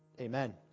Amen